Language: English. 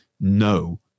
no